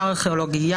אתר ארכיאולוגי,